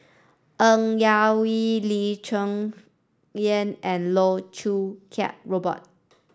Ng Yak Whee Lee Cheng Yan and Loh Choo Kiat Robert